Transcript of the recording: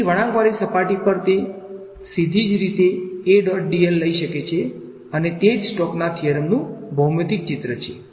તેથી વળાંકવાળી સપાટી પર તે સીધી જ સીધી રીતે લઈ શકે છે અને તે જ સ્ટોકના થીયરમનું ભૌમિતિક ચિત્ર છે